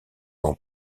ans